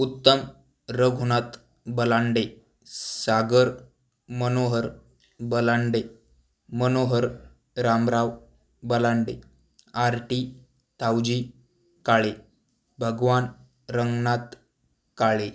उत्तम रघुनाथ बलांडे सागर मनोहर बलांडे मनोहर रामराव बलांडे आरटी ताऊजी काळे भगवान रंगनाथ काळे